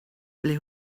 ble